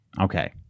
Okay